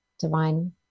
Divine